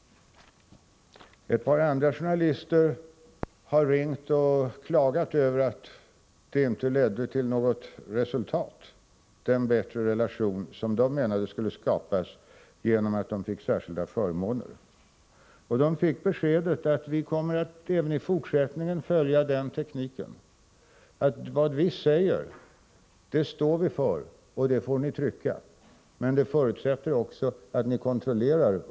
Ett par andra journalister har ringt och klagat över att den bättre relation som de menade skulle skapas genom att de fick särskilda förmåner inte har lett till något resultat. De fick beskedet att vi även i fortsättningen kommer att följa den tekniken att vad vi säger står vi för, och det får tryckas, men det förutsätter också att uppgifterna kontrolleras.